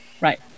Right